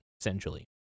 essentially